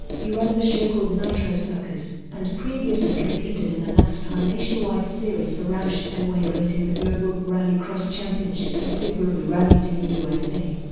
he runs a show called nitro circus, and previously competed in the nascar nationwide series for roush fenway racing the global rallycross championship for subaru rally team usa,